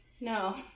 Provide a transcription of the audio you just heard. No